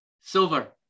silver